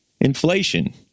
Inflation